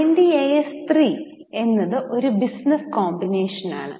IND AS 3 എന്നത് ഒരു business കോമ്പിനേഷനാണ്